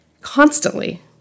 Constantly